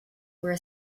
where